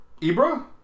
Ibra